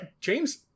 James